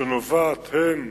שנובעת הן